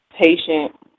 patient